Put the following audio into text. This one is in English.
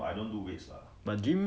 then 你有 gym 吗